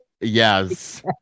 yes